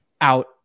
out